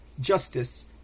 Justice